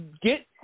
get –